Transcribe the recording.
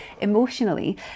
emotionally